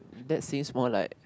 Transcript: that says more like